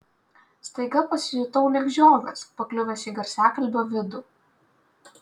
staiga pasijutau lyg žiogas pakliuvęs į garsiakalbio vidų